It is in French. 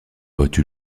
vote